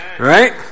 Right